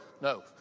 No